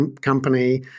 company